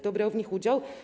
Kto brał w nich udział?